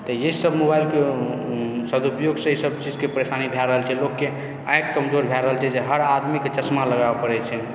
तऽ जे सभ मोबाइलके सदुपयोगसँ ईसभ चीजके परेशानी भए रहल छै लोकके आँखि कमजोर भए रहल छै जे हर आदमीकेँ चश्मा लगाबय पड़ैत छै